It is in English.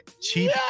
Cheap